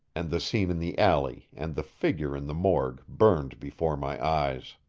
and the scene in the alley and the figure in the morgue burned before my eyes.